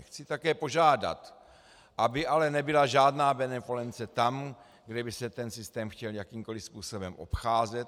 Chci také požádat, aby ale nebyla žádná benevolence tam, kde by se ten systém chtěl jakýmkoli způsobem obcházet.